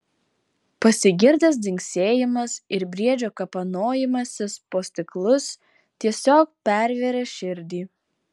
pasigirdęs dzingsėjimas ir briedžio kapanojimasis po stiklus tiesiog pervėrė širdį